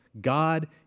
God